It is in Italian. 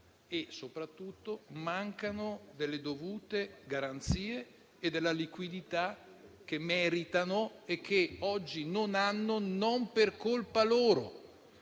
e soprattutto mancano delle dovute garanzie e della liquidità che meritano e che oggi non hanno non per colpa loro.